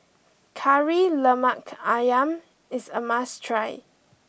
Kari Lemak Ayam is a must try